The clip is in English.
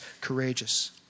courageous